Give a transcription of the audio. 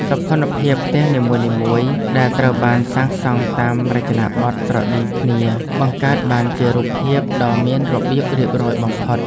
សោភ័ណភាពផ្ទះនីមួយៗដែលត្រូវបានសាងសង់តាមរចនាបថស្រដៀងគ្នបង្កើតបានជារូបភាពដ៏មានរបៀបរៀបរយបំផុត។